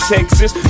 Texas